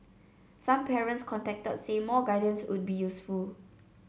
some parents contacted said more guidance would be useful